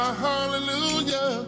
hallelujah